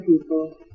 people